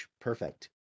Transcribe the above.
Perfect